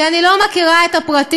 כי אני לא מכירה את הפרטים.